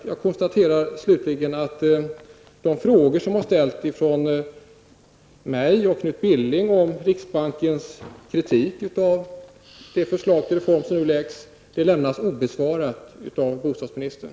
Slutligen konstaterar jag att de frågor som har ställts av mig och Knut Billing om riksbankens kritik av det förslag till reform som nu läggs fram lämnas obesvarat av bostadsministern.